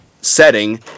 setting